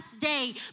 day